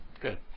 Good